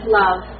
love